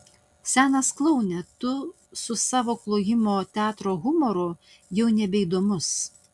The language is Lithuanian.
senas kloune tu su savo klojimo teatro humoru jau nebeįdomus